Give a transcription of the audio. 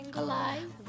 alive